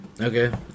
Okay